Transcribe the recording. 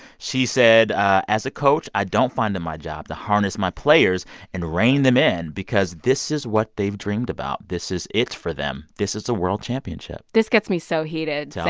she said, as a coach, i don't find it my job to harness my players and rein them in because this is what they've dreamed about. this is it for them. this is a world championship this gets me so heated,